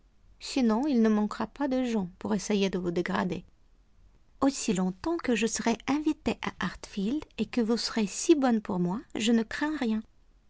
sinon il ne manquera pas de gens pour essayer de vous dégrader aussi longtemps que je serai invitée à hartfield et que vous serez si bonne pour moi je ne crains rien